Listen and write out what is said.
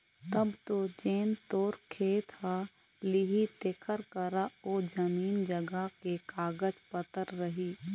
तब तो जेन तोर खेत ल लिही तेखर करा ओ जमीन जघा के कागज पतर रही